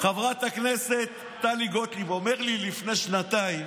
חברת הכנסת טלי גוטליב, אומר לי, לפני שנתיים: